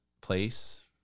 place